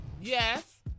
Yes